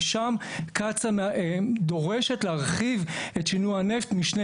ושם דורשת להרחיב את שינוע הנפט משני